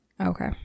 Okay